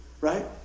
Right